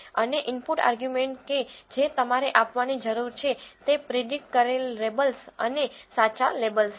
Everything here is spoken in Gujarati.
અને ઇનપુટ આર્ગ્યુમેન્ટ કે જે તમારે આપવાની જરૂર છે તે પ્રીડીકટ કરેલ લેબલ્સ અને સાચા લેબલ્સ છે